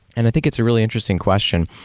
and i think it's a really interesting question,